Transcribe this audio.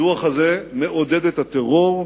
הדוח הזה מעודד את הטרור,